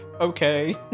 okay